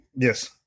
Yes